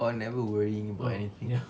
oh never worrying about anything